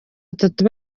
atatu